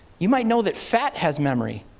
you might know that fat has memory.